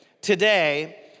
today